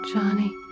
Johnny